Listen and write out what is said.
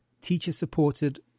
teacher-supported